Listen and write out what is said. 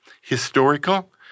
historical